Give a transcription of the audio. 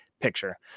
picture